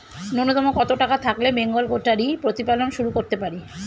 নূন্যতম কত টাকা থাকলে বেঙ্গল গোটারি প্রতিপালন শুরু করতে পারি?